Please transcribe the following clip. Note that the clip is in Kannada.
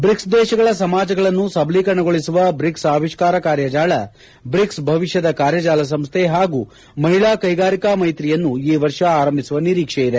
ಬ್ರಿಕ್ಸ್ ದೇಶಗಳ ಸಮಾಜಗಳನ್ನು ಸಬಲೀಕರಣಗೊಳಿಸುವ ಬ್ರಿಕ್ಸ್ ಆವಿಷ್ಕಾರ ಕಾರ್ಯಜಾಲ ಬ್ರಿಕ್ಸ್ ಭವಿಷ್ಯದ ಕಾರ್ಯಜಾಲ ಸಂಸ್ಥೆ ಹಾಗೂ ಮಹಿಳಾ ಕೈಗಾರಿಕಾ ಮೈತ್ರಿಯನ್ನು ಈ ವರ್ಷ ಆರಂಭಿಸುವ ನಿರೀಕ್ಷೆ ಇದೆ